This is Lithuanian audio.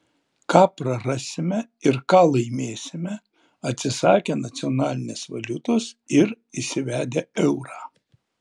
ką prarasime ir ką laimėsime atsisakę nacionalinės valiutos ir įsivedę eurą